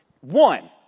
One